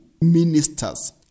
Ministers